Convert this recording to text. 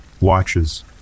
watches